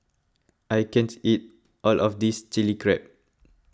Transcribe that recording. I can't eat all of this Chilli Crab